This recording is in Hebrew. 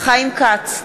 חיים כץ,